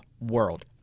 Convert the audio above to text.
world